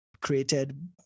created